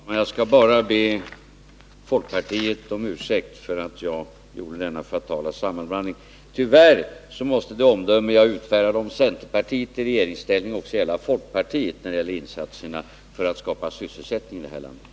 Herr talman! Jag skall bara be folkpartiet om ursäkt för att jag gjorde denna fatala sammanblandning. Tyvärr måste det omdöme jag utfärdade om centerpartiet i regeringsställning också gälla folkpartiet när det gäller insatserna för att skapa sysselsättning här i landet.